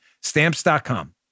Stamps.com